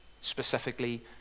specifically